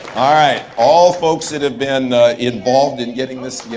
right, all folks that have been involved in getting this yeah